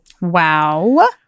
Wow